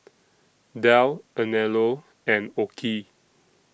Dell Anello and OKI